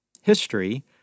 History